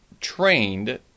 trained